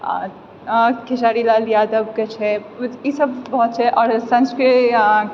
आ खेसारी लाल यादवके छै ई सभ बहुत छै आओर सन्स्कृत या